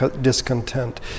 discontent